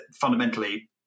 fundamentally